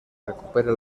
recupere